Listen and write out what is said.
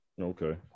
okay